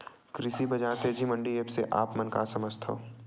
कृषि बजार तेजी मंडी एप्प से आप मन का समझथव?